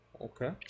Okay